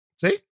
See